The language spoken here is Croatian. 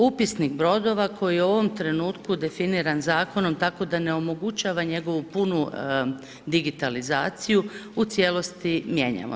Upisnik brodova koji je u ovom trenutku definiran zakonom tako da ne omogućava njegovu punu digitalizaciju u cijelosti mijenjamo.